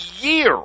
year